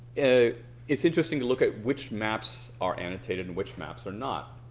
ah it's interesting to look at which maps are annotated and which maps are not